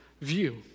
view